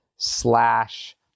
Slash